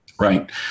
Right